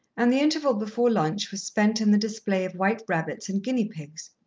and the interval before lunch was spent in the display of white rabbits and guinea-pigs.